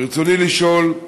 ברצוני לשאול: